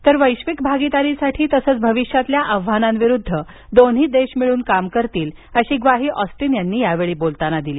तर वैश्विक भागिदारीसाठी तसंच भविष्यातील आव्हानांविरुद्ध दोन्ही देश मिळून काम करतील अशी ग्वाही ऑस्टिन यांनी यावेळी बोलताना दिली